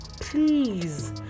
Please